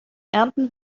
ernten